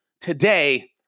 today